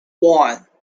one